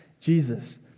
Jesus